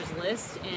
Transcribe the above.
List